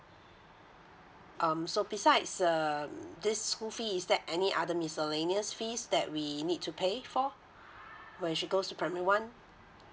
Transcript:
um so besides um this school fee is there any other miscellaneous fees that we need to pay for when she goes primary one